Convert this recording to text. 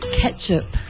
ketchup